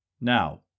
Now